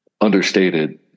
understated